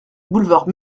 boulevard